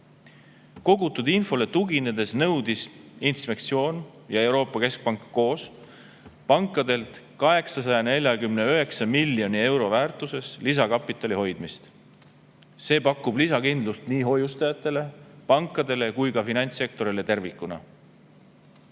Kogutud infole tuginedes nõudsid inspektsioon ja Euroopa Keskpank pankadelt 849 miljoni euro väärtuses lisakapitali hoidmist. See pakub lisakindlust nii hoiustajatele, pankadele kui ka finantssektorile tervikuna.